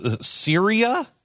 Syria